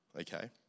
okay